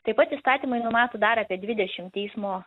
taip pat įstatymai numato dar apie dvidešim teismo